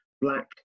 black